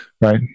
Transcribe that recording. right